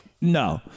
no